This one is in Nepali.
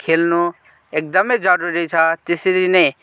खेल्नु एकदमै जरुरी छ त्यसरी नै